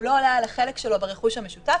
שלא עולה על החלק שלו ברכוש המשותף.